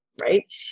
Right